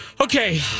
Okay